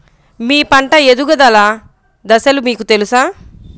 మీ పంట ఎదుగుదల దశలు మీకు తెలుసా?